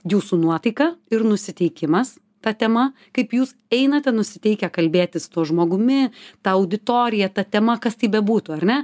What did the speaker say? jūsų nuotaika ir nusiteikimas ta tema kaip jūs einate nusiteikę kalbėtis tuo žmogumi tą auditoriją ta tema kas tai bebūtų ar ne